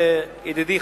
ידידי,